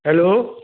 hello